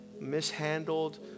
mishandled